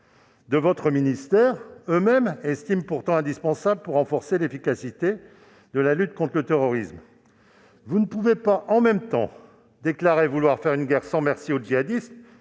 de votre ministère eux-mêmes estiment pourtant indispensables pour renforcer l'efficacité de la lutte contre le terrorisme. Vous ne pouvez pas en même temps déclarer vouloir faire une guerre sans merci aux djihadistes